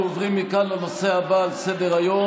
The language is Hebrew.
אנחנו עוברים מכאן לנושא הבא על סדר-היום,